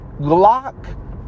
Glock